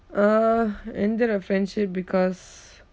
uh ended a friendship because